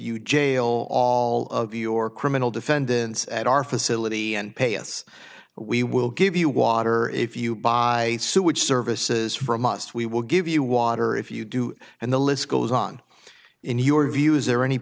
you jail all of your criminal defendants at our facility and pay us we will give you water if you buy sewage services for must we will give you water if you do and the list goes on in your view is there any